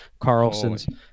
Carlsons